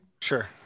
Sure